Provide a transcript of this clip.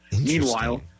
Meanwhile